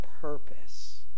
purpose